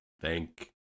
thank